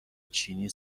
چینی